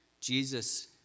Jesus